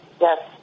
Yes